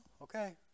Okay